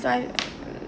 so I